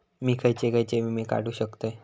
मी खयचे खयचे विमे काढू शकतय?